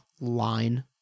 line